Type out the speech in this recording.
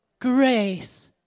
grace